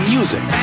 Music